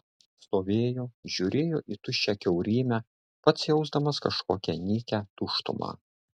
stovėjo žiūrėjo į tuščią kiaurymę pats jausdamas kažkokią nykią tuštumą